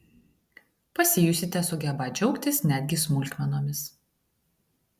pasijusite sugebą džiaugtis netgi smulkmenomis